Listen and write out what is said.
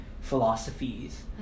philosophies